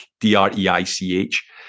D-R-E-I-C-H